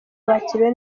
bakiriwe